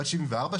בת 74,